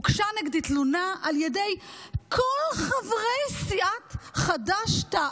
הוגשה נגדי תלונה על ידי כל חברי סיעת חד"ש-תע"ל.